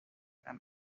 and